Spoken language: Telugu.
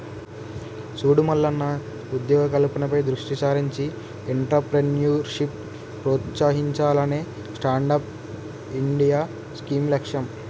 సూడు మల్లన్న ఉద్యోగ కల్పనపై దృష్టి సారించి ఎంట్రప్రేన్యూర్షిప్ ప్రోత్సహించాలనే స్టాండప్ ఇండియా స్కీం లక్ష్యం